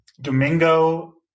Domingo